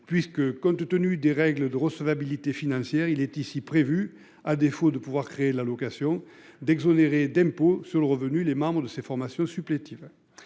puisque compte tenu des règles de recevabilité financière. Il est ici prévue à défaut de pouvoir créer la location d'exonérer d'impôt sur le revenu. Les membres de ces formations supplétives.